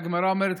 הגמרא אומרת,